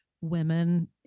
women